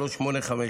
23103856,